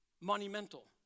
monumental